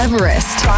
Everest